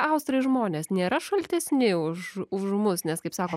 austrai žmonės nėra šaltesni už už mus nes kaip sako